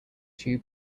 two